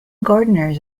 gardeners